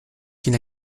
qu’il